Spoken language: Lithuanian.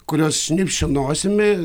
kurios šnirpščia nosimi